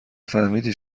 فهمیدی